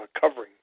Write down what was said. covering